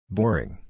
Boring